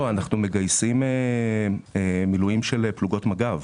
לא, אנחנו מגייסים מילואים של פלוגות מג"ב.